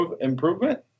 improvement